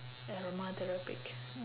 aromatherapic